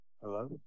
Hello